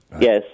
Yes